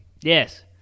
Yes